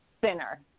thinner